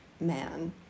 man